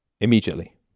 immediately